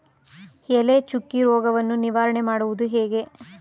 ಎಲೆ ಚುಕ್ಕಿ ರೋಗವನ್ನು ನಿವಾರಣೆ ಮಾಡುವುದು ಹೇಗೆ?